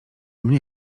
mnie